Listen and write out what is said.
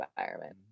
environment